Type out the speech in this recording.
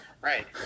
right